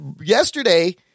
yesterday